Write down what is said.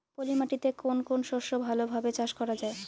পলি মাটিতে কোন কোন শস্য ভালোভাবে চাষ করা য়ায়?